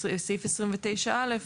בסעיף 29(א),